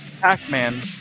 Pac-Man